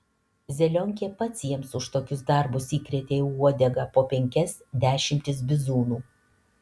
zelionkė pats jiems už tokius darbus įkrėtė į uodegą po penkias dešimtis bizūnų